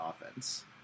offense